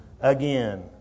again